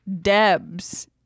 Debs